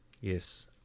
yes